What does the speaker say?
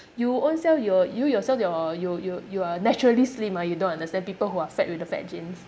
you ownself your you yourself your you you you are naturally slim ah you don't understand people who are fat with the fat genes